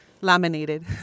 laminated